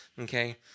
Okay